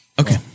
Okay